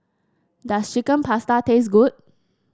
does Chicken Pasta taste good